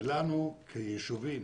ולנו כיישובים